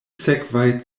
sekvaj